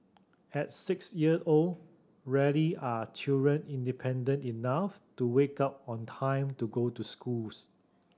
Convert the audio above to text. at six year old rarely are children independent enough to wake up on time to go to schools